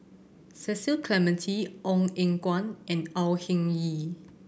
Cecil Clementi Ong Eng Guan and Au Hing Yee